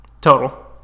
Total